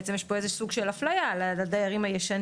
בעצם יש פה איזה סוג של אפליה לדיירים הישנים,